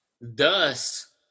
thus